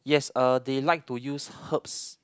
yes uh they like to use herbs